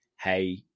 hey